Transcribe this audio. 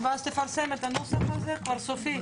ואז תפרסם את הנוסח הזה כבר כסופי.